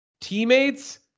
Teammates